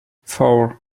four